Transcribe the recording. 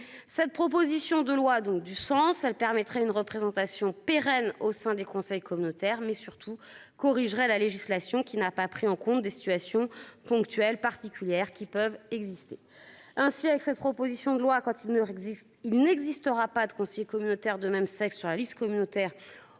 Cette proposition de loi donc du sens elle permettrait une représentation pérenne au sein des conseils communautaires mais surtout corrigerait la législation qui n'a pas pris en compte des situations ponctuelles particulières qui peuvent exister. Ainsi, avec cette proposition de loi. Quand il n'existe, il n'existera pas de conseiller communautaire de même sexe sur la liste communautaire.